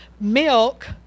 milk